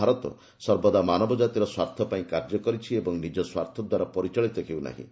ଭାରତ ସର୍ବଦା ମାନବଜାତିର ସ୍ୱାର୍ଥ ପାଇଁ କାର୍ଯ୍ୟ କରିଛି ଏବଂ ନିଜ ସ୍ୱାର୍ଥ ଦ୍ୱାରା ପରିଚାଳିତ ହେଉନାହିଁ